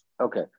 Okay